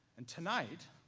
and tonight,